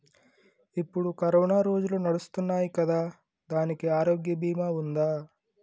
ఇప్పుడు కరోనా రోజులు నడుస్తున్నాయి కదా, దానికి ఆరోగ్య బీమా ఉందా?